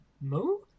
Move